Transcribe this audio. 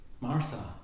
Martha